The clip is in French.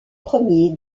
premier